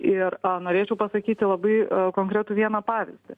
ir norėčiau pasakyti labai konkretų vieną pavyzdį